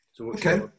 Okay